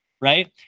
right